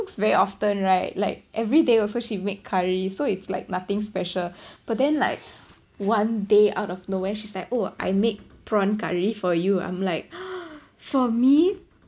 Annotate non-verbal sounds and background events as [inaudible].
very often right like every day also she make curry so it's like nothing special but then like one day out of nowhere she's like oh I make prawn curry for you I'm like [noise] for me